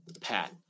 Pat